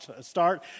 start